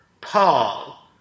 Paul